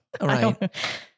Right